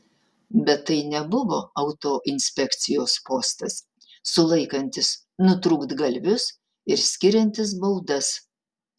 bet tai nebuvo autoinspekcijos postas sulaikantis nutrūktgalvius ir skiriantis baudas